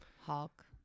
Hulk